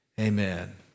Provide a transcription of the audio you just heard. Amen